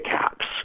caps